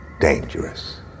dangerous